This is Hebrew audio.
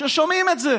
ששומעים את זה